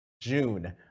June